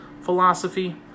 philosophy